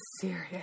serious